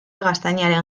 gaztainaren